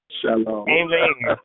Shalom